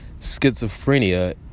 Schizophrenia